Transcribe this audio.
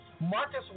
Marcus